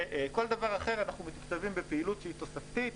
כל דבר אחר אנחנו מתקצבים בפעילות תוספתית.